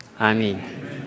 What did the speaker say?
Amen